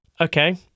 Okay